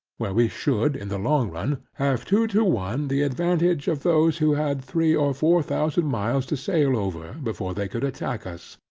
where we should, in the long run, have two to one the advantage of those who had three or four thousand miles to sail over, before they could attack us,